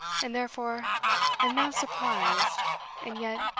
and therefore am now surprised and yet,